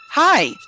Hi